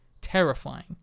terrifying